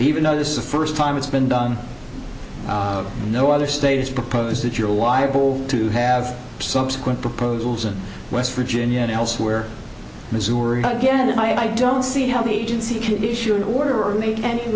even though this is the first time it's been done no other state has proposed that you're liable to have subsequent proposals in west virginia and elsewhere missouri huggin i don't see how the agency can issue an order or make any